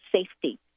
safety